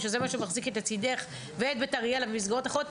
שזה מה שמחזיק את "לצידך" ואת "דרך אריאלה" ומסגרות אחרות,